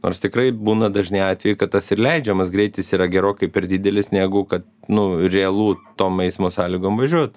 nors tikrai būna dažni atvejai kad tas ir leidžiamas greitis yra gerokai per didelis negu kad nu realu tom eismo sąlygoms važiuot